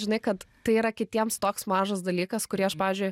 žinai kad tai yra kitiems toks mažas dalykas kurį aš pavyzdžiui